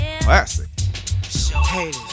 Classic